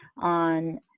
on